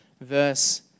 verse